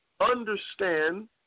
understand